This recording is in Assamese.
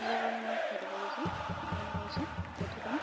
তাৰে কাৰণে মই হেৰি কৰিছোঁ কামনা কৰিছোঁ এইটো কাম